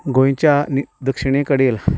गोंयच्या दक्षिणे कडेन